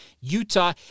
Utah